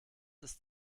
ist